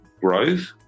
growth